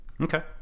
Okay